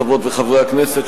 חברות וחברי הכנסת,